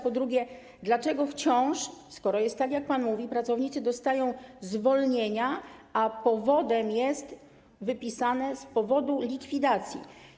Po drugie, dlaczego wciąż - skoro jest tak, jak pan mówi - pracownicy dostają zwolnienia i jest na nich zapisane: z powodu likwidacji?